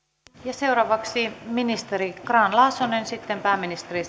seuraavaksi ministeri grahn laasonen sitten pääministeri